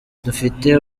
dufite